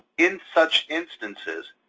in such instances,